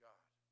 God